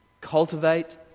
Cultivate